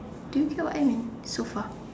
do get what I mean so far